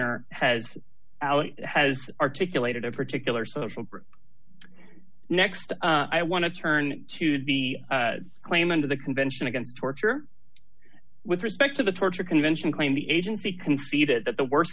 or has has articulated a particular social group next i want to turn to the claimant to the convention against torture with respect to the torture convention claim the agency conceded that the worst